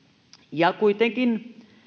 ja kuitenkin